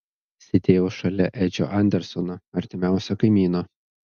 sėdėjau šalia edžio andersono artimiausio kaimyno